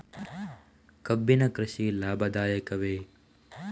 ಕಬ್ಬಿನ ಕೃಷಿ ಲಾಭದಾಯಕವೇ?